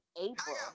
April